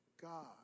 God